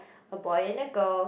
a boy and a girl